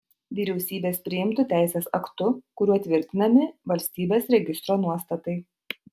vyriausybės priimtu teisės aktu kuriuo tvirtinami valstybės registro nuostatai